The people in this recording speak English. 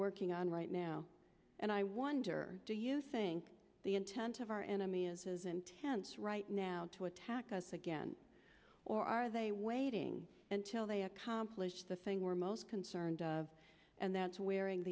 working on right now and i wonder do you think the intent of our enemy is as intense right now to attack us again or are they waiting until they accomplish the thing we're most concerned of and that's wearing